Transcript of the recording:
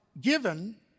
given